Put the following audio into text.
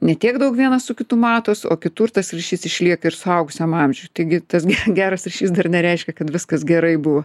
ne tiek daug vienas su kitu matosi o kitur tas ryšys išlieka ir suaugusiam amžiuj taigi tas geras ryšys dar nereiškia kad viskas gerai buvo